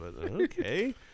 Okay